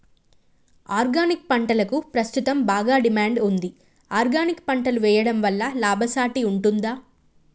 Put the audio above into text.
Organic పంటలకు ప్రస్తుతం బాగా డిమాండ్ ఉంది ఆర్గానిక్ పంటలు వేయడం వల్ల లాభసాటి ఉంటుందా?